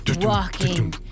Walking